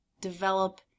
develop